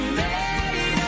made